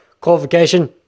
qualification